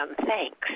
Thanks